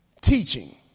teaching